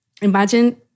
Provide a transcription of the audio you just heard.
imagine